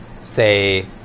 say